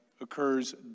occurs